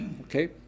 Okay